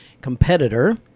competitor